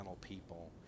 people